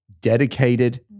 dedicated